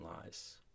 lies